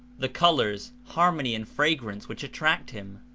the colors, harmony and fragrance, which attract him